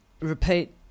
Repeat